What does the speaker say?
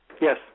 Yes